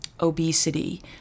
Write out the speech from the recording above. obesity